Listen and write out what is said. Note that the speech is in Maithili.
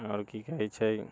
आओर की कहै छै